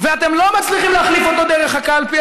ואתם לא מצליחים להחליף אותו דרך הקלפי,